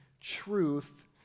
truth